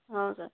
ହଁ ସାର୍